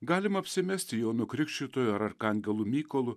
galima apsimesti jono krikštytojo arkangelu mykolu